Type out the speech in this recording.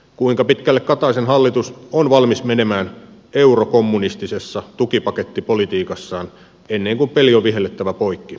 kuinka pitkälle kataisen hallitus on valmis menemään eurokommunistisessa tukipakettipolitiikassaan ennen kuin peli on vihellettävä poikki